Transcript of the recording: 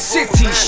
City